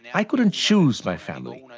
i couldn't choose my family.